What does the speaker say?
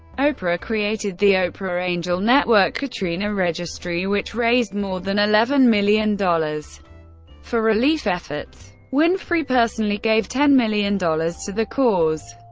oprah created the oprah angel network katrina registry which raised more than eleven million dollars for relief efforts. winfrey personally gave ten million dollars to the cause.